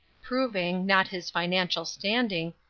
proving, not his financial standing,